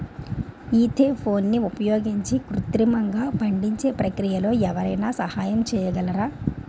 ఈథెఫోన్ని ఉపయోగించి కృత్రిమంగా పండించే ప్రక్రియలో ఎవరైనా సహాయం చేయగలరా?